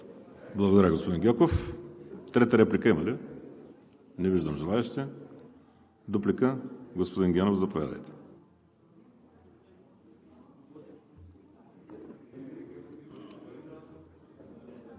Благодаря, господин Гьоков. Трета реплика има ли? Не виждам желаещи. Дуплика – господин Генов, заповядайте.